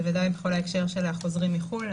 ודאי בכל ההקשר של החוזרים מחו"ל,